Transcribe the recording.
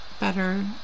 better